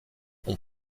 ont